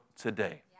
today